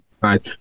right